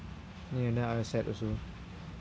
ya now I'm sad also